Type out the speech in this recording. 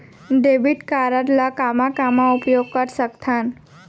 Debit card ला कामा कामा उपयोग कर सकथन?